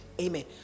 Amen